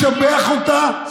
אני משבח אותה.